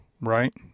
right